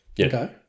Okay